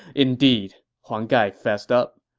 indeed, huang gai fessed up.